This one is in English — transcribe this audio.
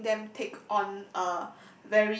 letting them take on uh